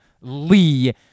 Lee